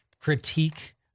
critique